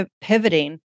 pivoting